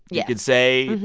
yeah could say,